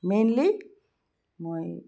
mainly মই